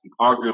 arguably